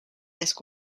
desk